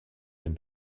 dem